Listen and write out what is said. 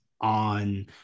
on